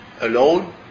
alone